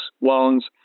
loans